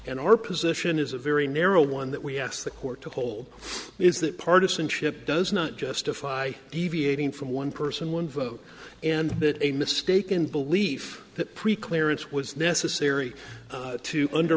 and our position is a very narrow one that we asked the court to hold is that partisanship does not justify deviating from one person one vote and that a mistaken belief that preclearance was necessary to under